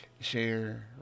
share